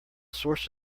source